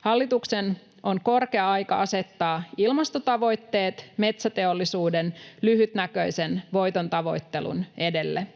Hallituksen on korkea aika asettaa ilmastotavoitteet metsäteollisuuden lyhytnäköisen voitontavoittelun edelle.